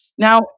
Now